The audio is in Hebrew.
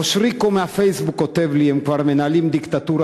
אושריקו מהפייסבוק כותב לי: הם כבר מנהלים דיקטטורה,